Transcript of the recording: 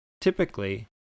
Typically